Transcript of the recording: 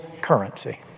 currency